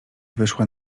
wyszła